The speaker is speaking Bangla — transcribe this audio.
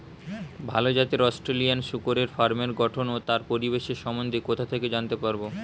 ভাল জাতের অস্ট্রেলিয়ান শূকরের ফার্মের গঠন ও তার পরিবেশের সম্বন্ধে কোথা থেকে জানতে পারবো?